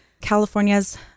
California's